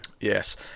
Yes